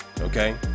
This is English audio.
okay